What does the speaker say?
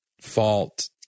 fault